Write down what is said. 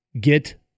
Get